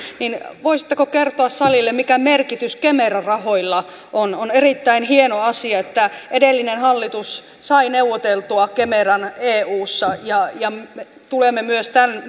niin voisitteko kertoa salille mikä merkitys kemera rahoilla on on erittäin hieno asia että edellinen hallitus sai neuvoteltua kemeran eussa ja ja tulemme myös